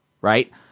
right